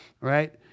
right